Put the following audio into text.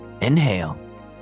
Inhale